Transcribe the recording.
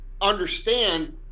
understand